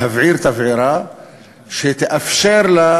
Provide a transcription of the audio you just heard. להבעיר תבערה שתאפשר לה,